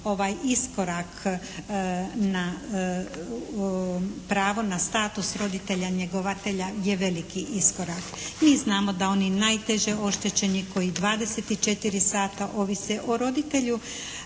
ovaj iskorak na pravo na status roditelja njegovatelja je veliki iskorak. Mi znamo da oni najteže oštećeni koji 24 sata ovise o roditelju